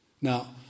Now